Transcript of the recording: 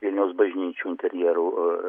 vilniaus bažnyčių interjerų